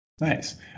Nice